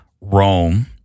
Rome